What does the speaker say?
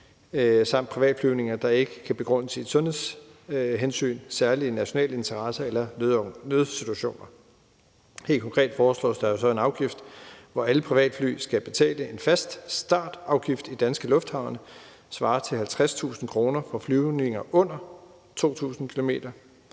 og privatflyvninger, der ikke kan begrundes i sundhedshensyn, særlige nationale interesser eller nødsituationer. Helt konkret foreslås der jo en afgift, som betyder, at alle privatfly skal betale en fast startafgift i danske lufthavne svarende til 50.000 kr. for flyvninger under 2.000 km